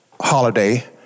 holiday